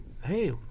hey